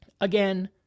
Again